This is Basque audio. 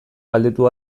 galdetu